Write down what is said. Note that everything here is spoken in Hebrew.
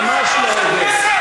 ממש לא עובד.